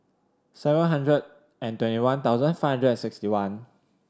seven hundred and twenty one thousand five hundred and sixty one